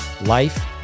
Life